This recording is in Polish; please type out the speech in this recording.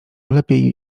lepiej